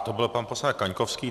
To byl pan poslanec Kaňkovský.